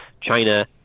China